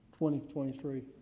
2023